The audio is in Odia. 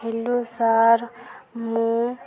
ହେଲୋ ସାର୍ ମୁଁ